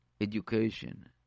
education